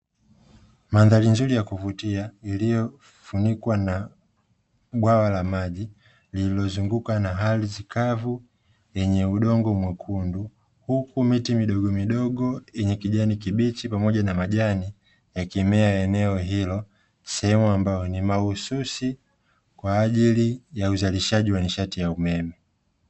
Mandhari nzuri ya kuvutia, iliyofunikwa na bwawa la maji, liliozungukwa na ardhi kavu yenye udongo mwekundu, huku miti midogo midogo yenye kijani kibichi pamoja na majani, yakimea eneo hilo; sehemu ambayo ni mahususi kwa ajili ya uzalishaji wa nishati ya umeme.